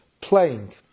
playing